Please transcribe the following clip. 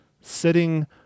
sitting